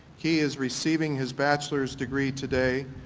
ky is receiving his bachelor's degree today,